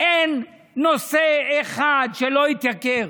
אין נושא אחד שלא התייקר